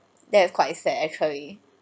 that's quite sad actually